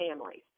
families